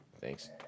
Thanks